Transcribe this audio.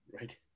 Right